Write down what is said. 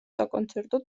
საკონცერტო